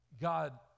God